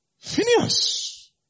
Phineas